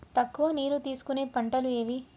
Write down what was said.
తక్కువ నీరు తీసుకునే పంటలు ఏవి?